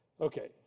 Okay